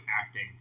acting